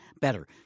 better